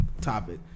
topic